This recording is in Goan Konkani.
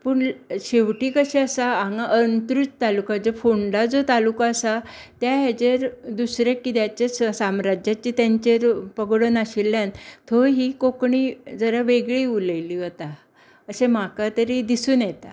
पूण शेवटी कशें आसा हांगा अंत्रूज तालुका जो फोंडा जो तालुको आसा त्या हेचेर दुसऱ्या कित्याचेच साम्राज्याचे तेंचेर पगडो नाशिल्ल्यान थंय ही कोंकणी जरा वेगळी उलयली वता अशें म्हाका तरी दिसून येता